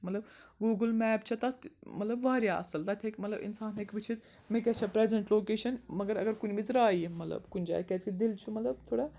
مطلب Google map تَتھ مطلب واریاہ اَصٕل تَتہِ ہیٚکہِ مطلب انسان ہیٚکہِ وٕچھِتھ مےٚ کیاہ چھ پریزنٹ لوکیشَن مگر اگر کُنہِ وِزِ رایہِ مطلب کُنہِ جایہِ کَرِ سُہ دِل چھُ مطلب تھوڑا